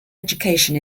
education